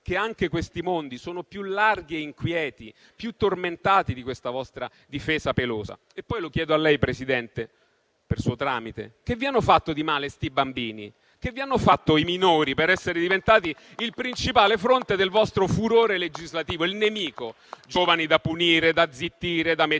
che anche questi mondi sono più larghi e inquieti, più tormentati di questa vostra difesa pelosa. E poi lo chiedo a lei, Presidente, per suo tramite. Che vi hanno fatto di male, 'sti bambini? Che vi hanno fatto i minori per essere diventati il principale fronte del vostro furore legislativo, il nemico? Giovani da punire, da zittire, da mettergli